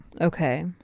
Okay